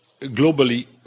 globally